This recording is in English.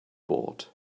bought